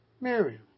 Mary